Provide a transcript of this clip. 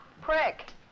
Prick